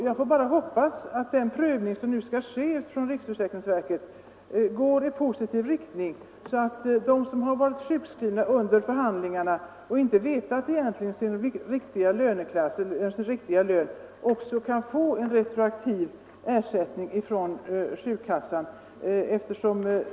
Jag hoppas att den prövning som riksförsäkringsverket skall göra går i positiv riktning, så att de som har varit sjukskrivna under förhandlingarna och inte har vetat sin riktiga lön också får retroaktiv ersättning från sjukkassan.